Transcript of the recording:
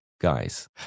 guys